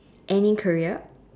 any career